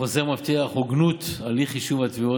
החוזר מבטיח הוגנות של הליך יישוב התביעה